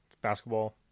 basketball